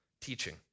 teaching